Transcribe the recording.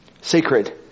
Sacred